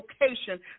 location